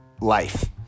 life